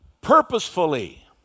purposefully